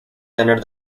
tener